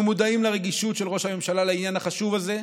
אנחנו מודעים לרגישות של ראש הממשלה לעניין החשוב זה,